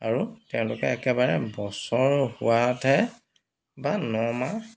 আৰু তেওঁলোকে একেবাৰে বছৰ হোৱাতহে বা নমাহ